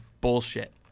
Bullshit